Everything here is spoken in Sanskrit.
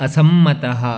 असम्मतः